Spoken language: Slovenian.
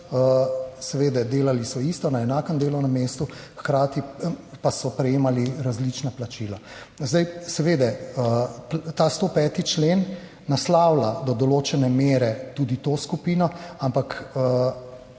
delali isto, na enakem delovnem mestu, hkrati pa prejemali različna plačila. Ta 105. člen naslavlja do določene mere tudi to skupino, ampak